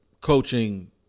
coaching